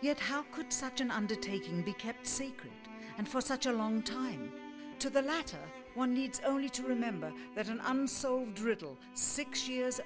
yet how could such an undertaking be kept secret and for such a long time to the latter one needs only to remember that an unsolved riddle six years